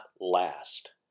last